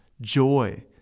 joy